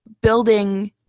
building